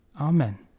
Amen